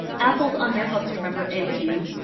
apples under helps you remember a with u.